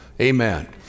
Amen